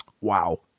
Wow